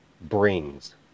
brings